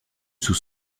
sous